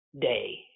day